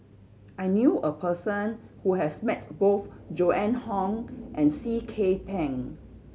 I knew a person who has met both Joan Hon and C K Tang